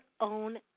own